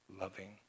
loving